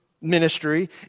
ministry